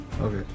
Okay